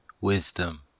wisdom